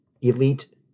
elite